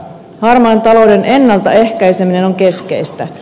harmaan talouden ennaltaehkäiseminen on keskeistä